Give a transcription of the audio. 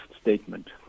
statement